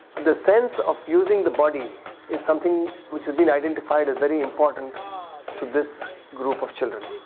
the sense of using the body is something which has been identified as very important to this group of children